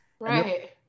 right